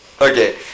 Okay